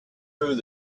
through